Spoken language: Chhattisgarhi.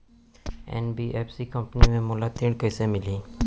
एन.बी.एफ.सी कंपनी ले मोला ऋण कइसे मिलही?